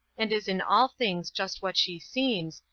and is in all things just what she seems,